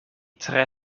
tre